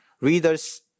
readers